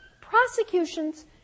Prosecutions